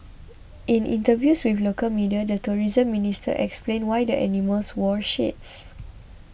in interviews with local media the tourism minister explained why the animals wore shades